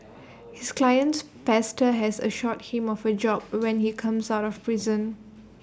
his client's pastor has assured him of A job when he comes out of prison